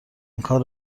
اینکار